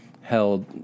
held